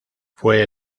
fue